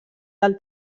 del